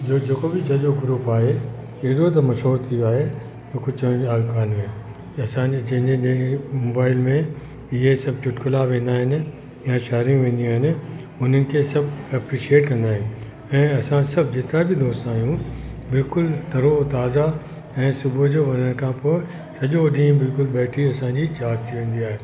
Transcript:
जो जेको बि सॼो ग्रूप आहे अहिड़ो त मशहूर थी वियो आहे जो कुझु चवण जी ॻाल्हि काने असांजे जंहिंजे जंहिंजे मोबाइल में इहे सभु चुटकुला वेंदा आहिनि या शायरियूं वेंदियूं आहिनि उन्हनि खे सभु एप्रिशियेट कंदा आहिनि ऐं असां सभु जेतिरा बि दोस्त आहियूं बिल्कुलु तरो ताज़ा ऐं सुबुह जो वञण खां पोइ सॼो ॾींहं बिल्कुलु बैट्री असांजी चार्ज थी वेंदी आहे